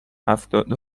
هفتاد